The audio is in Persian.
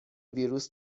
ویروس